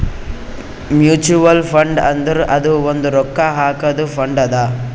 mutual fund ಅಂದುರ್ ಅದು ಒಂದ್ ರೊಕ್ಕಾ ಹಾಕಾದು ಫಂಡ್ ಅದಾ